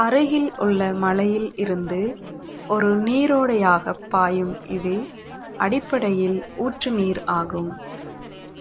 அருகில் உள்ள மலையில் இருந்து ஒரு நீரோடையாகப் பாயும் இது அடிப்படையில் ஊற்று நீர் ஆகும்